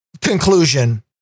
conclusion